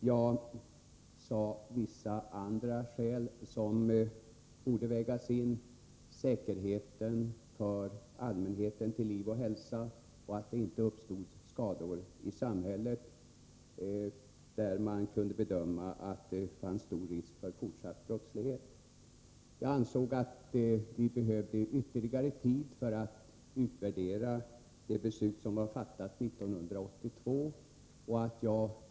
Jag angav även vissa andra skäl som borde vägas in: säkerheten för allmänheten till liv och hälsa och undanröjandet av möjligheten att det uppstår skador i samhället då man kan bedöma att det finns stor risk för fortsatt brottslighet. Jag ansåg att vi behövde ytterligare tid för att utvärdera de beslut som fattades 1982.